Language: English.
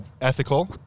ethical